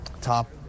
top